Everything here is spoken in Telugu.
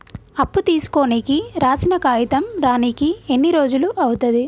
అప్పు తీసుకోనికి రాసిన కాగితం రానీకి ఎన్ని రోజులు అవుతది?